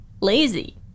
lazy